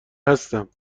هستم